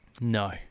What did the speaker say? No